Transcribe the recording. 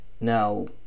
Now